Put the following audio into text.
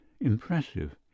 impressive